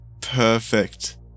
perfect